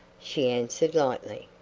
she answered, lightly,